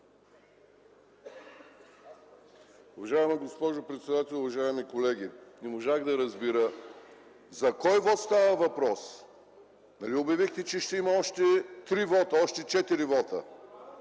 Уважаема госпожо председател, уважаеми колеги! Не можах да разбера: за кой вот става въпрос? Нали обявихте, че ще има още три, още четири